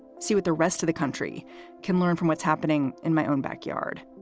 see what the rest of the country can learn from what's happening in my own backyard.